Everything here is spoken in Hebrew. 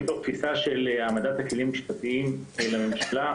מתוך תפיסה של הצורך בהעמדת הכלים המשפטיים הנדרשים לממשלה,